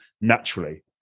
naturally